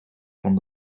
van